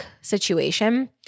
situation